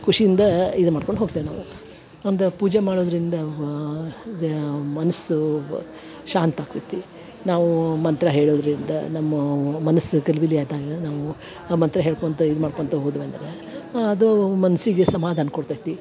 ಖುಷಿಯಿಂದ ಇದು ಮಾಡ್ಕೊಂಡು ಹೋಗ್ತೇವೆ ನಾವು ಒಂದು ಪೂಜೆ ಮಾಡೋದರಿಂದ ವಾ ದ್ಯಾ ಮನಸ್ಸು ಬ ಶಾಂತ ಆಗ್ತೈತಿ ನಾವು ಮಂತ್ರ ಹೇಳೋದರಿಂದ ನಮ್ಮ ಮನಸ್ಸು ಗಲಿಬಿಲಿ ಆದಾಗ ನಾವು ಆ ಮಂತ್ರ ಹೇಳ್ಕೊಳ್ತಾ ಇದು ಮಾಡ್ಕೊಳ್ತಾ ಹೋದ್ವೆಂದರೆ ಹಾಂ ಅದು ಮನಸ್ಸಿಗೆ ಸಮಾಧಾನ ಕೊಡ್ತೈತಿ